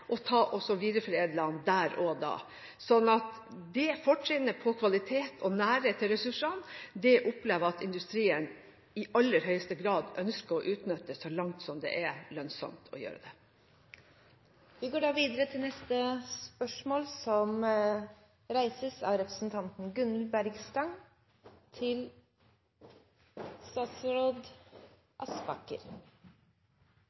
der og da. Dette fortrinnet når det gjelder kvalitet og nærhet til ressursene, opplever jeg at industrien i aller høyeste grad ønsker å utnytte så langt som det er lønnsomt å gjøre det. Dette spørsmålet, fra representanten Sveinung Rotevatn til fiskeriministeren, vil bli tatt opp av representanten